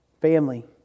family